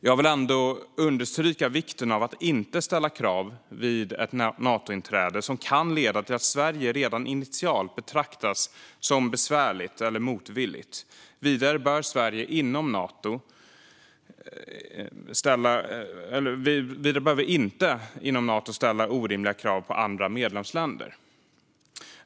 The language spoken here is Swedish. Jag vill ändå understryka vikten av att inte ställa krav vid ett Natointräde som kan leda till att Sverige redan initialt betraktas som besvärligt eller motvilligt. Vidare bör inte Sverige inom Nato ställa orimliga krav på andra medlemsländer.